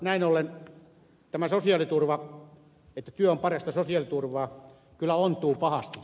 näin ollen tämä että työ on parasta sosiaaliturvaa kyllä ontuu pahasti